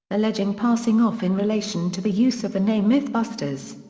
alleging passing off in relation to the use of the name mythbusters.